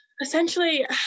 Essentially